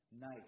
nice